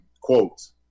quotes